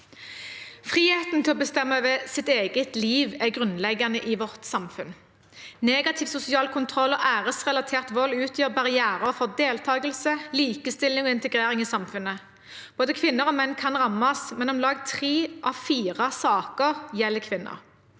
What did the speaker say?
Friheten til å bestemme over sitt eget liv er grunnleggende i vårt samfunn. Negativ sosial kontroll og æresrelatert vold utgjør barrierer for deltakelse, likestilling og integrering i samfunnet. Både kvinner og menn kan rammes, men om lag tre av fire saker gjelder kvinner.